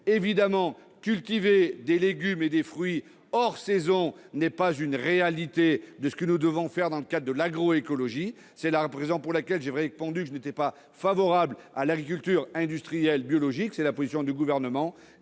Évidemment, cultiver des légumes et des fruits hors saison ne correspond pas à ce que nous devons faire dans le cadre de l'agroécologie- c'est pourquoi j'ai indiqué que je n'étais pas favorable à l'agriculture industrielle biologique, et c'est la position du Gouvernement